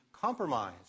compromise